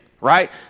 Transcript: right